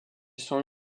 sont